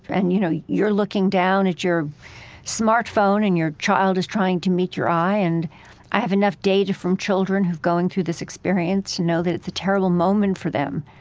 and you know, you're looking down at your smartphone and your child is trying to meet your eye and i have enough data from children who're going through this experience to know that it's a terrible moment for them.